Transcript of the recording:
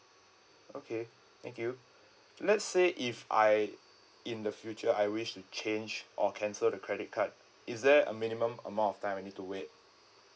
okay thank you let's say if I in the future I wish to change or cancel the credit card is there a minimum amount of time I need to wait